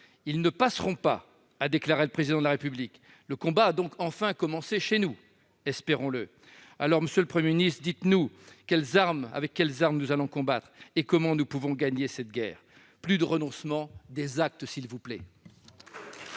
Ils ne passeront pas », a déclaré le Président de la République. Le combat a donc enfin commencé chez nous- espérons-le ! Monsieur le Premier ministre, dites-nous avec quelles armes nous allons combattre et comment nous pouvons gagner cette guerre. Plus de renoncements, s'il vous plaît,